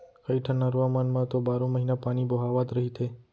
कइठन नरूवा मन म तो बारो महिना पानी बोहावत रहिथे